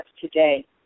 today